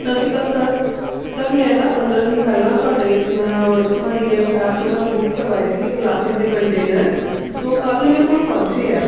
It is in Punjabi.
ਸਤਿ ਸ਼੍ਰੀ ਅਕਾਲ ਸਰ ਮੈਂ ਨਾ ਪੰਦਰ੍ਹਾਂ ਦਿਨ ਪਹਿਲਾਂ ਤੁਹਾਡੇ ਤੁਹਾਡੀ ਇਹ ਐਪ ਤੋਂ ਮੈਂ ਬੁੱਕ ਕਰਵਾਏ ਸੀਗੇ ਪਲਾਸਟਿਕ ਦੇ ਕੰਟੇਨਰ ਸੋ ਕੱਲ੍ਹ ਮੇਰੇ ਕੋਲ ਪਹੁੰਚੇ ਆ